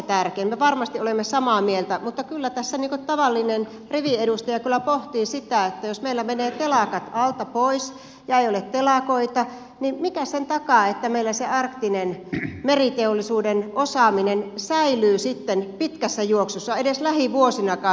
me varmasti olemme samaa mieltä mutta kyllä tässä tavallinen riviedustaja pohtii sitä että jos meillä menevät telakat alta pois eikä ole telakoita niin mikä sen takaa että meillä se arktisen meriteollisuuden osaaminen säilyy sitten pitkässä juoksussa edes lähivuosinakaan